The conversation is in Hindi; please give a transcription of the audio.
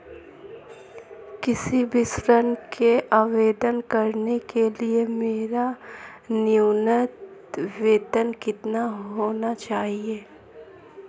किसी भी ऋण के आवेदन करने के लिए मेरा न्यूनतम वेतन कितना होना चाहिए?